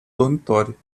dormitório